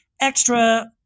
extra